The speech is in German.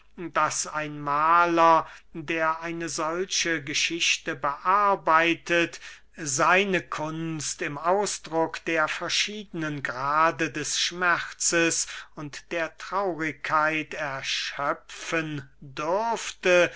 daß ein mahler der eine solche geschichte bearbeitet seine kunst im ausdruck der verschiedenen grade des schmerzes und der traurigkeit erschöpfen dürfte